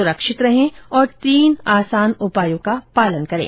सुरक्षित रहें और इन तीन आसान उपायों का पालन करें